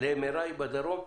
ל-MRI בדרום?